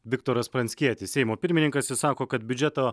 viktoras pranckietis seimo pirmininkas jis sako kad biudžeto